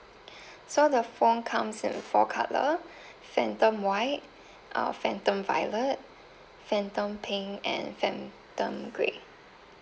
so the phone comes in four colour phantom white uh phantom violet phantom pink and phantom gray